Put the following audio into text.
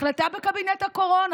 החלטה בקבינט הקורונה,